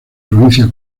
provincia